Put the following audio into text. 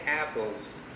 apples